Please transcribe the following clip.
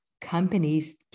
companies